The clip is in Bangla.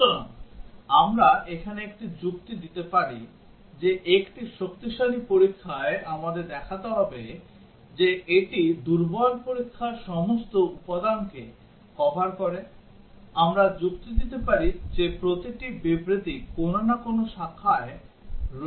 সুতরাং আমরা এখানে একটি যুক্তি দিতে পারি যে একটি শক্তিশালী পরীক্ষায় আমাদের দেখাতে হবে যে এটি দুর্বল পরীক্ষার সমস্ত উপাদানকে কভার করে আমরা যুক্তি দিতে পারি যে প্রতিটি বিবৃতি কোন না কোন শাখায় রয়েছে